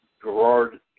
Gerard